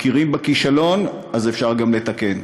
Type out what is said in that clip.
מכירים בכישלון, אז אפשר גם לתקן.